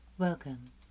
Welcome